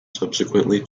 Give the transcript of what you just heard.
subsequently